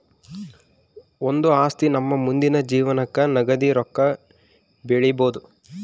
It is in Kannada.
ಒಂದು ಆಸ್ತಿ ನಮ್ಮ ಮುಂದಿನ ಜೀವನಕ್ಕ ನಗದಿ ರೊಕ್ಕ ಬೆಳಿಬೊದು